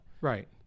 Right